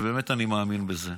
ובאמת אני מאמין בזה.